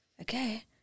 okay